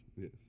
Yes